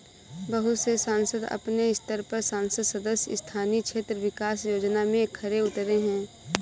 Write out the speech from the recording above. बहुत से संसद अपने स्तर पर संसद सदस्य स्थानीय क्षेत्र विकास योजना में खरे उतरे हैं